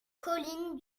collines